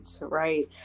Right